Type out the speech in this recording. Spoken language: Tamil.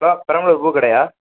ஹலோ பெரம்பலூர் பூக்கடையா